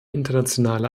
internationale